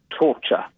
torture